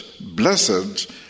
blessed